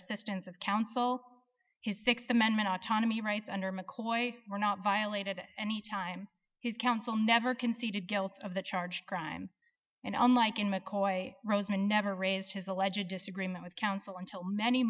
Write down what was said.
assistance of counsel his th amendment autonomy rights under mccoy were not violated any time his counsel never conceded guilt of the charge crime and unlike in mccoy rosena never raised his allege a disagreement with counsel until many